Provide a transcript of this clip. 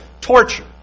torture